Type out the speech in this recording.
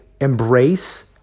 embrace